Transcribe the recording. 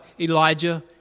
Elijah